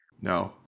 No